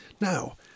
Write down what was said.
Now